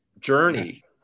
journey